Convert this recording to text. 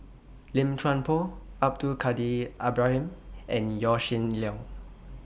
Lim Chuan Poh Abdul Kadir Ibrahim and Yaw Shin Leong